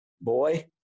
boy